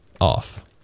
off